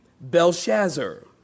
Belshazzar